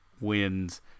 wins